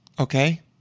Okay